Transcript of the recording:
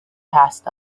passed